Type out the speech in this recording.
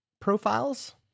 profiles